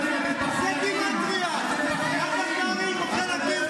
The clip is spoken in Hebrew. אתם לא יודעים, אתם בכיינים, אתם בכיינים.